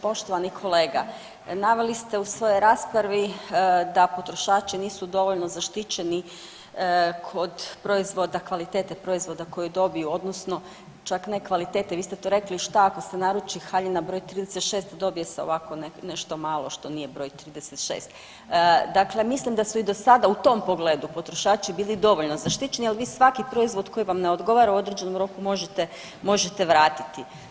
Poštovani kolega naveli ste u svojoj raspravi da potrošači nisu dovoljno zaštićeni kod proizvoda, kvalitete proizvoda koju dobiju odnosno čak ne kvalitete, vi ste to rekli šta ako naruči haljina broj 36 dobije se ovako nešto malo što nije broj 36, dakle mislim da su i do sada u tom pogledu potrošači bili dovoljno zaštićeni, ali vi svaki proizvod koji vam ne odgovara u određenom roku možete, možete vratiti.